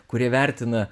kurie vertina